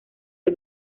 del